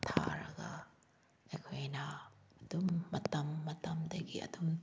ꯊꯥꯔꯒ ꯑꯩꯈꯣꯏꯅ ꯑꯗꯨꯝ ꯃꯇꯝ ꯃꯇꯝꯗꯒꯤ ꯑꯗꯨꯝ